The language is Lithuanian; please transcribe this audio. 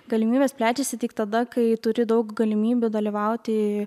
galimybės plečiasi tik tada kai turi daug galimybių dalyvauti